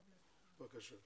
בבקשה.